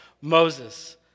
Moses